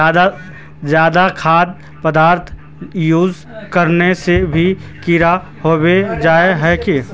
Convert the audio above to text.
ज्यादा खाद पदार्थ यूज करना से भी कीड़ा होबे जाए है की?